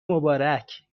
مبارک